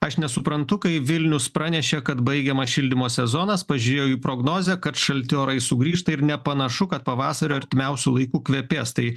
aš nesuprantu kai vilnius pranešė kad baigiamas šildymo sezonas pažiūrėjau į prognozę kad šalti orai sugrįžta ir nepanašu kad pavasariu artimiausiu laiku kvepės tai